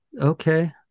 okay